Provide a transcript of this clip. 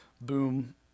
boom